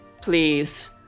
please